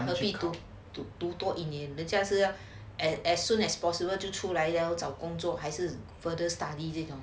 何必读多一年那人家是要 as soon as possible 就出来了找工作还是 further study 这种